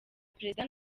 perezida